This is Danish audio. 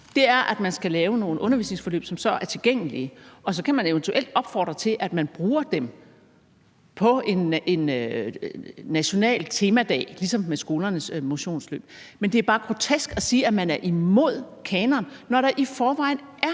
er jo, at man skal lave nogle undervisningsforløb, som så er tilgængelige, og så kan man eventuelt opfordre til, at man bruger dem på en national temadag, ligesom det gælder med skolernes motionsløb. Men det er bare grotesk at sige, at man er imod kanon, når der i forvejen er